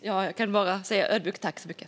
Herr talman! Jag kan bara ödmjukt säga: Tack så mycket!